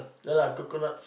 just like coconuts